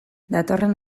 datorren